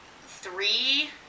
three